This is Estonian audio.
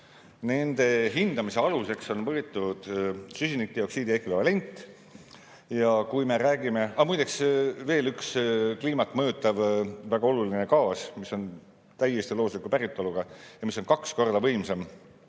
Nende hindamise aluseks on võetud süsinikdioksiidi ekvivalent. Muide, veel üks kliimat mõjutav väga oluline gaas, mis on täiesti loodusliku päritoluga ja mis on kaks korda võimsam